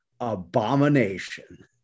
abomination